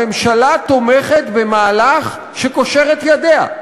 הממשלה תומכת במהלך שקושר את ידיה.